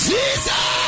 Jesus